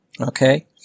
Okay